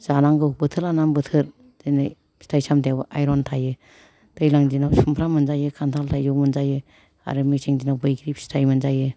जानांगौ बोथोर लानानै बोथोर दिनै फिथाइ सामथाइआव आइरन थायो दैलां दिनआव सुमफ्राम मोनजायो खान्थाल थाइजौ मोनजायो आरो मेसें दिनआव बैग्रि फिथाइ मोनजायो